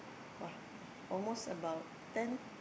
!woah! almost about ten